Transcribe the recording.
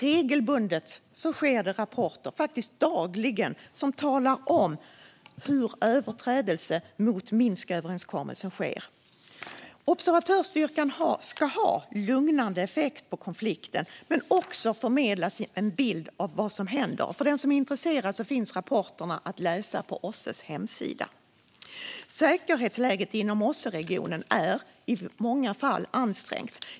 Dagligen kommer rapporter om hur överträdelser mot Minsköverenskommelsen sker. Observatörsstyrkan ska ha en lugnande effekt på konflikten men också förmedla en bild av vad som händer. För den som är intresserad finns rapporterna att läsa på OSSE:s hemsida. Säkerhetsläget inom OSSE-regionen är i många fall ansträngt.